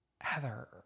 Heather